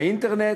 באינטרנט,